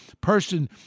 person